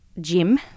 Jim